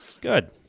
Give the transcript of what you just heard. Good